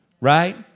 Right